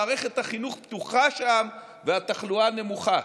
מערכת החינוך פתוחה שם והתחלואה נמוכה.